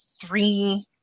three